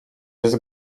jest